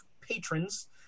patrons